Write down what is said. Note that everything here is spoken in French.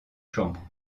chambres